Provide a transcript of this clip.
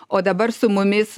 o dabar su mumis